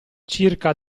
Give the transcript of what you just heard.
circa